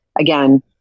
again